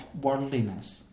worldliness